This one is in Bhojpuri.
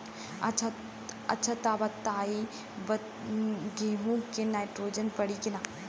अच्छा त ई बताईं गेहूँ मे नाइट्रोजन पड़ी कि ना?